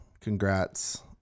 congrats